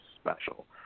special